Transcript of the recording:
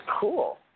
Cool